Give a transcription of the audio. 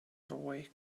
awake